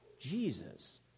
Jesus